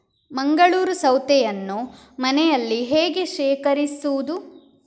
ಮಂಗಳೂರು ಸೌತೆಯನ್ನು ಮನೆಯಲ್ಲಿ ಹೇಗೆ ಶೇಖರಿಸುವುದು?